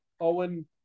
Owen